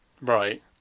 Right